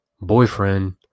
boyfriend